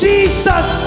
Jesus